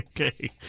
Okay